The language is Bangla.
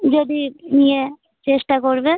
যদি নিয়ে চেষ্টা করবে